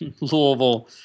Louisville